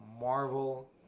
Marvel